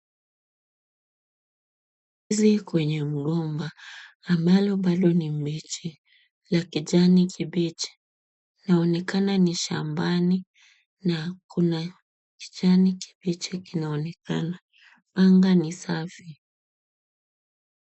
Ndizi kwenye mgomba ambalo bado ni mbichi la kijani kibichi. Inaonekana ni shambani na kuna kijani kibichikinaonekana. Anga ni safi.